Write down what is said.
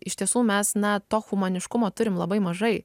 iš tiesų mes na to humaniškumo turime labai mažai